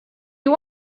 you